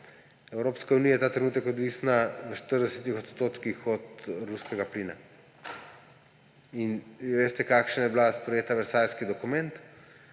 Evropska unija je ta trenutek odvisna v 40 odstotkih od ruskega plina. In vi veste, kakšen je bil sprejet versajski dokument,